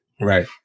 right